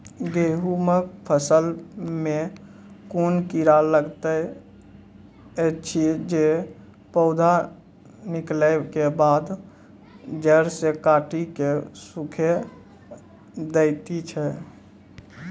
गेहूँमक फसल मे कून कीड़ा लागतै ऐछि जे पौधा निकलै केबाद जैर सऽ काटि कऽ सूखे दैति छै?